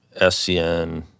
SCN